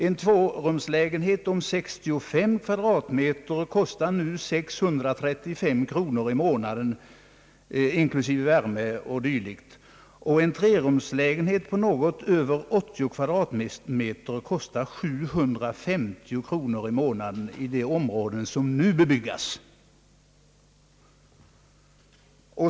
En tvårumslägenhet om 65 kvadratmeter kostar nu 635 kronor i månaden inklusive värme 0. d., och en trerumslägenhet på något över 80 kvadratmeter kostar 750 kronor i månaden i de områden som nu bebyggs.